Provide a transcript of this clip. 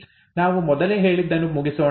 ನಾವು ಮೊದಲೇ ಹೇಳಿದ್ದನ್ನು ಮುಗಿಸೋಣ